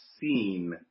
seen